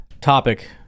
topic